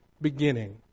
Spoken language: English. beginning